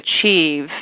achieve